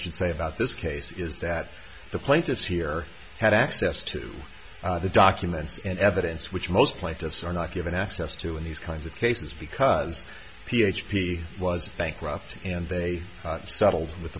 should say about this case is that the plaintiffs here had access to the documents and evidence which most plaintiffs are not given access to in these kinds of cases because p h p was bankrupt and they settled with